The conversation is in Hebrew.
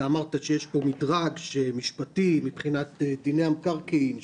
אתה אמרת שיש כאן מדרג משפטי מבחינת דיני המקרקעין.